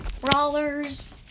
brawlers